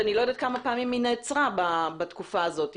שאני לא יודעת כמה פעמים היא נעצרה בתקופה הזאת.